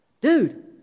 Dude